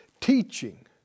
teaching